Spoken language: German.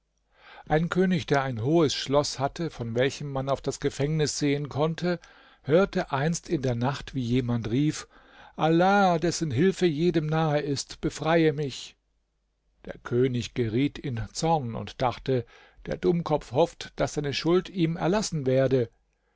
ein könig der ein hohes schloß hatte von welchem man auf das gefängnis sehen konnte hörte einst in der nacht wie jemand rief allah dessen hilfe jedem nahe ist befreie mich der könig geriet in zorn und dachte der dummkopf hofft daß seine schuld ihm erlassen werde